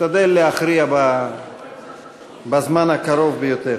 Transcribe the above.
תשתדל להכריע בזמן הקרוב ביותר.